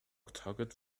target